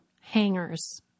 hangers